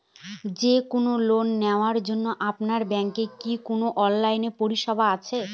যে কোন লোন নেওয়ার জন্য আপনাদের ব্যাঙ্কের কি কোন অনলাইনে পরিষেবা আছে?